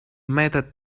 method